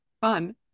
Fun